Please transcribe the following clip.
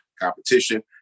competition